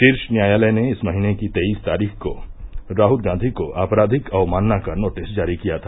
शीर्ष न्यायालय ने इस महीने की तेईस तारीख को राहल गांधी को आपराधिक अवमानना का नोटिस जारी किया था